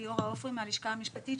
ליאורה עופרי, מהלשכה המשפטית.